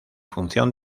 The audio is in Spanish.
función